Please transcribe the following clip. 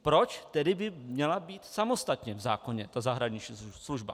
Proč tedy by měla být samostatně v zákoně zahraniční služba?